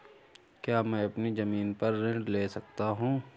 क्या मैं अपनी ज़मीन पर ऋण ले सकता हूँ?